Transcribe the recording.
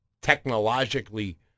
technologically